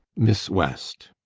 miss west.